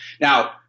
Now